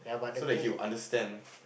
so that he will understand